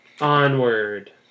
Onward